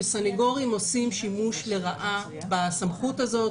שסנגורים עושים שימוש לרעה בסמכות הזאת